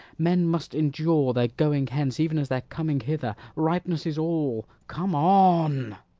men must endure their going hence, even as their coming hither ripeness is all come on.